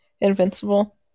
Invincible